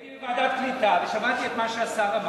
אני הייתי בוועדת קליטה ושמעתי את מה שהשר אמר,